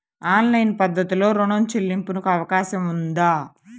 Online పద్ధతిలో రుణ చెల్లింపునకు అవకాశం ఉందా?